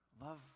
love